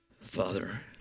Father